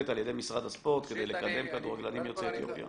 על ידי משרד הספורט כדי לקדם כדורגלנים יוצאי אתיופיה?